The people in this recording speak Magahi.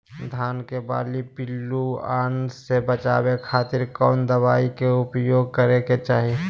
धान के बाली पिल्लूआन से बचावे खातिर कौन दवाई के उपयोग करे के चाही?